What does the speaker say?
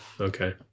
Okay